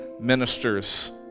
ministers